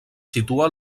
situa